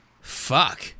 Fuck